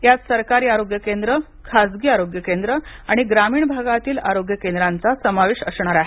यात सरकारी आरोग्य केंद्र खासगी आरोग्य केंद्र आणि ग्रामीण भागातील आरोग्य केंद्राचा समावेश असणार आहे